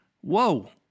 Whoa